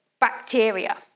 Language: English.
bacteria